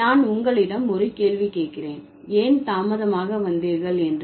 நான் உங்களிடம் ஒரு கேள்வி கேக்கிறேன் ஏன் தாமதமாக வந்தீர்கள் என்று